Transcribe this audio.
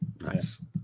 Nice